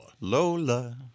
Lola